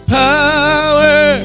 power